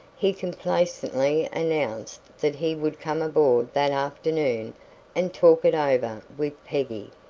he complacently announced that he would come aboard that afternoon and talk it over with peggy.